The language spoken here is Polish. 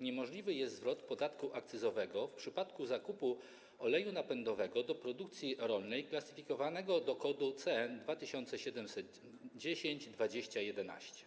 niemożliwy jest zwrot podatku akcyzowego w przypadku zakupu oleju napędowego do produkcji rolnej klasyfikowanego do kodu CN 2710 20 11.